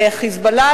"חיזבאללה",